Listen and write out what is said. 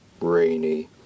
rainy